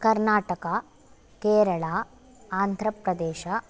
Karnataka Kerala Andhra Pradesh